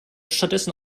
stattdessen